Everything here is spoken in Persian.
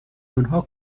آنها